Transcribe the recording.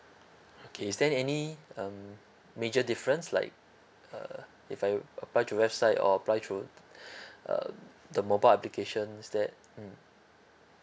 okay is there any um major difference like uh if I apply through website or apply through uh the mobile applications instead mm